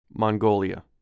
Mongolia